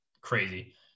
crazy